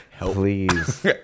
Please